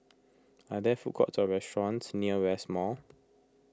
are there food courts or restaurants near West Mall